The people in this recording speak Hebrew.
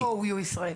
יש פה OU ישראל.